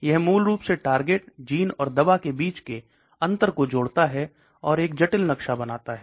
यह मूल रूप से टारगेट जीन और दवा के बीच के अन्तर को जोड़ता है और एक जटिल नक्शा बनाता है